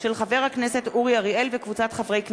חבר הכנסת חיים כץ.